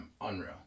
unreal